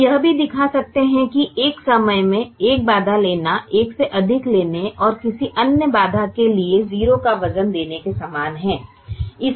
हम यह भी दिखा सकते हैं कि एक समय में एक बाधा लेना एक से अधिक लेने और किसी अन्य बाधा के लिए 0 का वजन देने के समान है